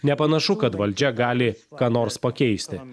nepanašu kad valdžia gali ką nors pakeisti